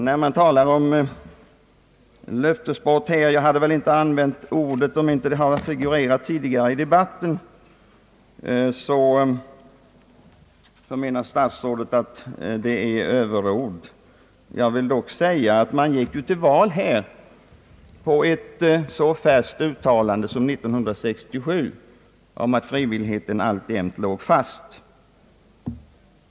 När det talas om löftesbrott här — jag hade väl inte använt ordet om det inte hade figurerat tidigare i debatten — menar statsrådet att det är överord. Man gick dock till val med ett så färskt uttalande som från 1967 om att frivilligheten alltjämt låg fast.